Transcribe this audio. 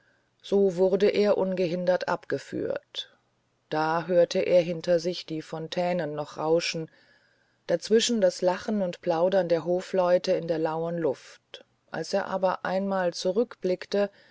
so wurde er ungehindert ab geführt da hörte er hinter sich die fontänen noch rauschen dazwischen das lachen und plaudern der hofleute in der lauen luft als er aber einmal zurückblickte